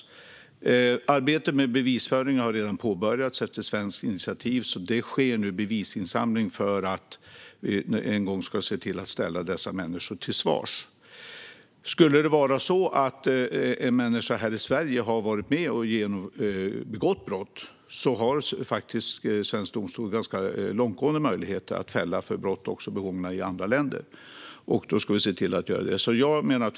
På initiativ av Sverige har bevisföringen redan påbörjats, och nu sker bevisinsamling för att kunna ställa dessa människor till svars. Skulle en person i Sverige ha varit med och begått brott har svensk domstol ganska långtgående möjlighet att fälla också för brott begångna i andra länder, och då ska vi se till att göra det.